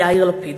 יאיר לפיד.